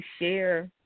share